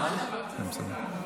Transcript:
מה אתה בא ברוח סערה?